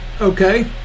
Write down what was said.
Okay